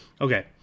Okay